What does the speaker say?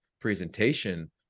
presentation